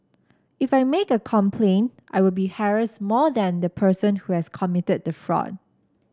if I make a complaint I will be harassed more than the person who has committed the fraud